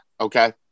Okay